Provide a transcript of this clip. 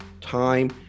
time